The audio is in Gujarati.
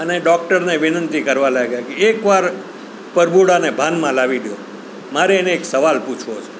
અને ડૉક્ટરને વિનંતી કરવા લાગ્યાં કે એકવાર પરભુડાને ભાનમાં લાવી દ્યો મારે એને એક સવાલ પૂછવો છે